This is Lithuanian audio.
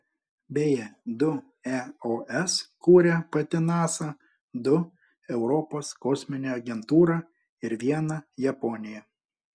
beje du eos kuria pati nasa du europos kosminė agentūra ir vieną japonija